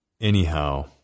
anyhow